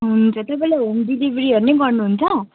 तपाईँले होम डिलिभेरीहरू नि गर्नुहुन्छ